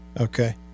Okay